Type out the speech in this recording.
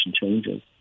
changes